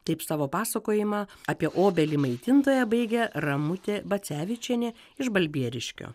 taip savo pasakojimą apie obelį maitintoją baigia ramutė bacevičienė iš balbieriškio